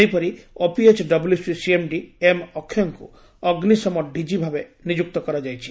ସେହିପରି OPHWC CMD M ଅକ୍ଷୟଙ୍କୁ ଅଗ୍ନିସମ ଡିଜି ଭାବେ ନିଯୁକ୍ତ କରାଯାଇଛି